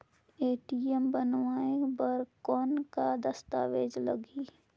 ATM बनवाय बर कौन का दस्तावेज लगही?